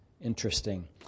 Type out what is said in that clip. interesting